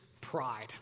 pride